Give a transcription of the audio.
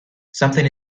something